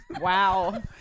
Wow